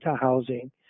housing